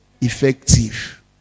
Effective